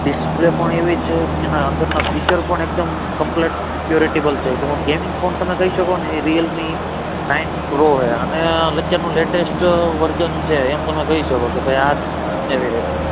display પણ એવી છે એના અંદરના ફીચર પણ એકદમ કંપલેટ સિક્યોરેટીબલ છે તમે આમ ગેમિંગ ફોન તમે કહી શકોને એ રીઅલ મી નાઇન પ્રો છે અને અત્યારનું લેટેસ્ટ વર્ઝન છે એમ તમે કઈ શકો કે ભાઈ આ વેરીએન્ટનું